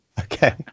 okay